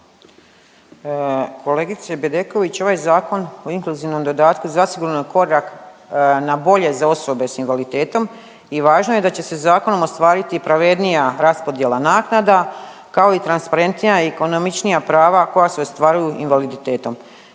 Kolegice Bedeković ovaj zakon o inkluzivnom dodatku zasigurno je korak na bolje za osobe s invaliditetom i važno je da će se zakonom ostvariti pravednija raspodjela naknada kao i transparentnija i ekonomičnija prava koja se ostvaruju invaliditetom.